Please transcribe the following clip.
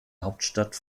hauptstadt